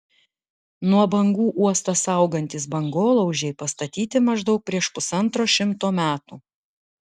nuo bangų uostą saugantys bangolaužiai pastatyti maždaug prieš pusantro šimto metų